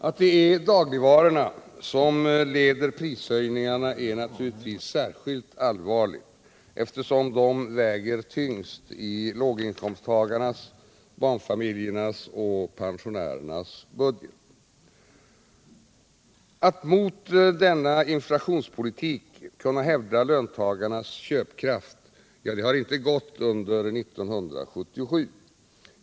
Att det är dagligvarorna som leder prishöjningarna är naturligtvis särskilt allvarligt, eftersom de väger tyngst i låginkomsttagarnas, barnfamiljernas och pensionärernas budget. Att mot denna inflationspolitik kunna hävda löntagarnas köpkraft har inte gått under 1977.